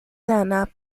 lana